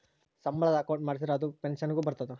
ಸಂಬಳದ ಅಕೌಂಟ್ ಮಾಡಿಸಿದರ ಅದು ಪೆನ್ಸನ್ ಗು ಬರ್ತದ